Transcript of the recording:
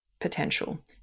Potential